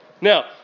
Now